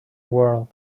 world